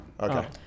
Okay